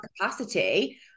capacity